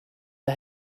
the